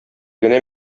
генә